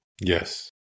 Yes